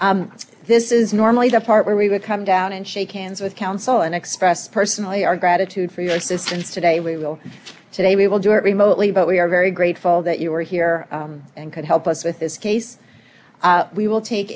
you this is normally the part where we would come down and shake hands with counsel and express personally our gratitude for your assistance today we will today we will do it remotely but we are very grateful that you were here and could help us with this case we will take